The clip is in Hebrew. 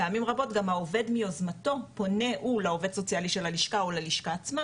פעמים רבות גם העובד מיוזמתו פונה הוא לעו"ס של הלשכה או ללשכה עצמה,